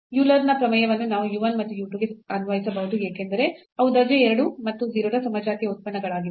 ಯೂಲರ್ನ ಪ್ರಮೇಯವನ್ನು ನಾವು u 1 ಮತ್ತು u 2 ಕ್ಕೆ ಅನ್ವಯಿಸಬಹುದು ಏಕೆಂದರೆ ಅವು ದರ್ಜೆ 2 ಮತ್ತು 0 ನ ಸಮಜಾತೀಯ ಉತ್ಪನ್ನಗಳಾಗಿವೆ